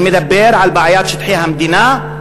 אני מדבר על בעיית שטחי המדינה,